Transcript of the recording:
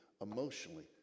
emotionally